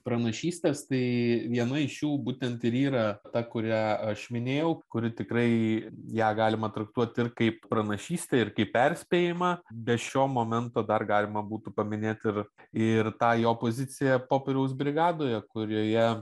pranašystes tai viena iš jų būtent ir yra ta kurią aš minėjau kuri tikrai ją galima traktuot ir kaip pranašystę ir kaip perspėjimą be šio momento dar galima būtų paminėt ir ir tą jo poziciją popieriaus brigadoje kurioje